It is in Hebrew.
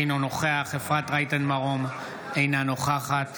אינו נוכח אפרת רייטן מרום, אינה נוכחת